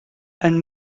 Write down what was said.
and